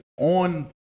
on